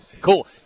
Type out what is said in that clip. cool